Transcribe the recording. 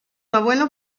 abuelo